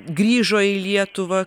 grįžo į lietuvą